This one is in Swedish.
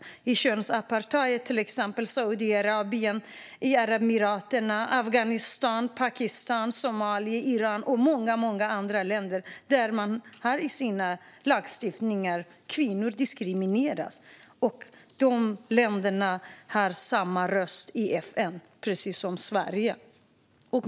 Det är könsapartheid i till exempel Saudiarabien, Förenade Arabemiraten, Afghanistan, Pakistan, Somalia, Iran och många andra länder, och kvinnor diskrimineras i lagstiftningen. Dessa länder har samma röst i FN som Sverige.